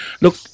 look